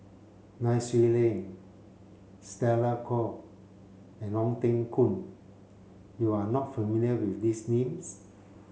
Nai Swee Leng Stella Kon and Ong Teng Koon you are not familiar with these names